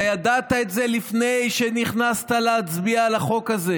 אתה ידעת את זה לפני שנכנסת להצביע על החוק הזה,